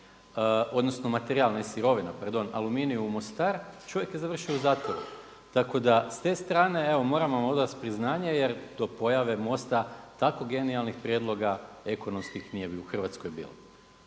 odnosno materijal ne sirovina pardon Aluminiju u Mostar čovjek je završio u zatvoru. Tako da evo s te strane evo moramo vam odat priznaje jer do pojave MOST-a tako genijalnih prijedloga ekonomskih nije u Hrvatskoj bilo.